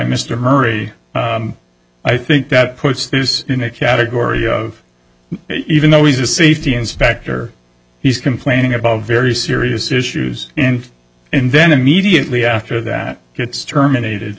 murray i think that puts this in a category of even though he's a safety inspector he's complaining about very serious issues and and then immediately after that gets terminated